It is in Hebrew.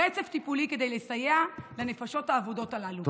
ורצף טיפולי, כדי לסייע לנפשות האבודות הללו.